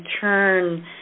turn